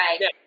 right